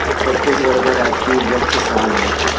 छत्तीसगढ़ का राजकीय वृक्ष साल है